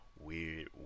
weird